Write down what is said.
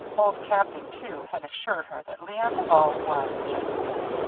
old captain, too, had assured her that leon duval was a gentleman.